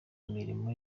mirimo